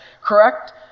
correct